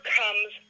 comes